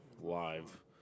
Live